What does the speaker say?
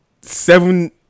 seven